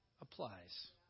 applies